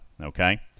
okay